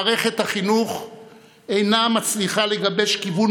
מערכת החינוך אינה מצליחה לגבש כיוון